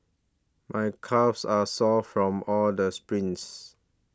my calves are sore from all the sprints